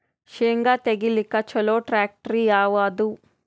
ಶೇಂಗಾ ತೆಗಿಲಿಕ್ಕ ಚಲೋ ಟ್ಯಾಕ್ಟರಿ ಯಾವಾದು?